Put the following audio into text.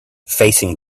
facing